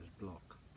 block